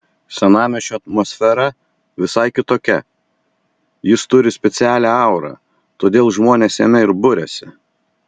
senamiesčio atmosfera visai kitokia jis turi specialią aurą todėl žmonės jame ir buriasi